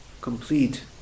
complete